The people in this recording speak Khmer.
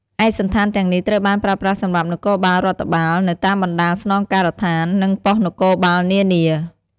ឯកសណ្ឋានទាំងនេះត្រូវបានប្រើប្រាស់សម្រាប់នគរបាលរដ្ឋបាល នៅតាមបណ្តាស្នងការដ្ឋាន និងប៉ុស្តិ៍នគរបាលនានា។